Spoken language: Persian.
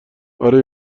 آره